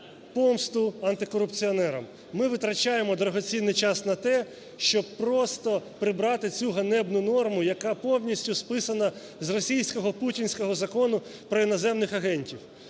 помсту антикорупціонерам. Ми витрачаємо дорогоцінний час на те, щоб просто прибрати цю ганебну норму, яка повністю списана з російського, путінського, закону про іноземних агентів.